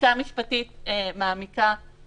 בדיקה משפטית מעמיקה,